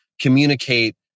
communicate